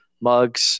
mugs